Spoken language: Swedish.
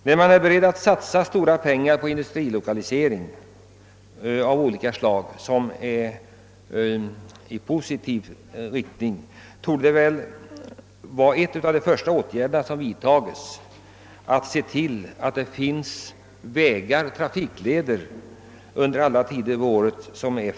När man är beredd att satsa stora pengar på industrilokalisering av olika slag — vilket jag anser är positivt — borde en av de första åtgärderna vara att se till att det finns trafikleder som är framkomliga alla tider på året.